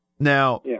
Now